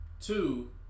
Two